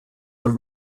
are